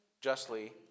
Justly